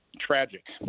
tragic